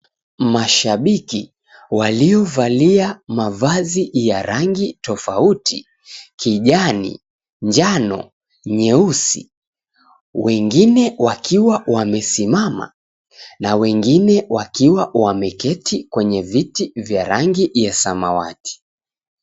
Mashabiki waliovalia mavazi ya rangi tofauti kijani, njano, nyeusi wengine wakiwa wamesimama na wengine wakiwa wameketi kwenye viti vya rangi ya samawati.